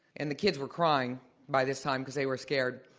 and the kids were crying by this time because they were scared,